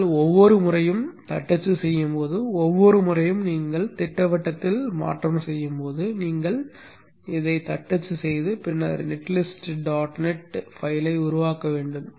ஆனால் ஒவ்வொரு முறையும் தட்டச்சு செய்யும் போது ஒவ்வொரு முறையும் நீங்கள் திட்டவட்டத்தில் மாற்றம் செய்யும் போது நீங்கள் இதை தட்டச்சு செய்து பின்னர் நெட் லிஸ்ட் டாட் நெட் கோப்பை உருவாக்க வேண்டும்